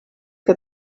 que